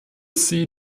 sie